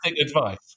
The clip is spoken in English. advice